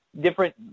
different